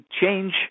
change